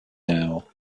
now